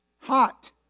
hot